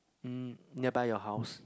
mm nearby your house